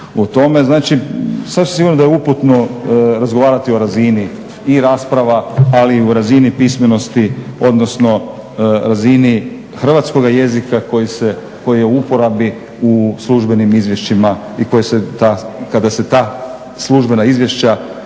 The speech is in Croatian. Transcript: o tome. Znači sasvim sigurno da je uputno razgovarati o razini i rasprava ali i o razini pismenosti odnosno razini hrvatskoga jezika koji je u uporabi u službenim izvješćima i kada se ta službena izvješća